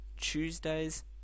Tuesdays